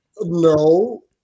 No